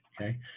okay